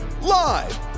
live